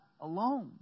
alone